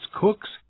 cooks